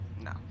no